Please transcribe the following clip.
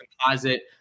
Composite